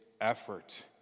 effort